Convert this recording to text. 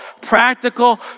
practical